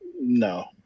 No